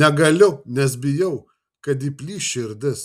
negaliu nes bijau kad įplyš širdis